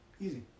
Easy